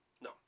No